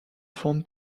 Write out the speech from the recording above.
vente